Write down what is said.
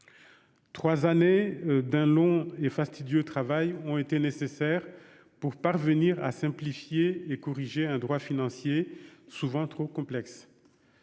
Trois années d'un long et fastidieux travail ont été nécessaires pour parvenir à simplifier et à corriger un droit financier souvent trop complexe.